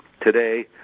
today